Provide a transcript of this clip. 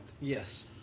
Yes